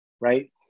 right